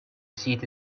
seat